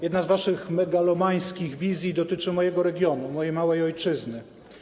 Jedna z waszych megalomańskich wizji dotyczy mojego regionu, mojej małej ojczyzny.